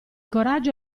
coraggio